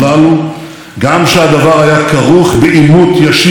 כי ביטחון ישראל קודם לכול.